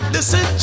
Listen